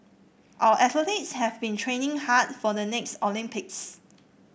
our athletes have been training hard for the next Olympics